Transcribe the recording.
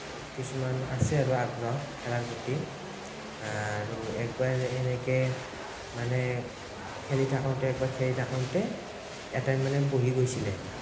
কিছুমান আছে আৰু আগ্ৰহ খেলাৰ প্ৰতি আৰু একবাৰ এনেকে মানে খেলি থাকোঁতে একবাৰ খেলি থাকোঁতে এটাই মানে বহি গৈছিলে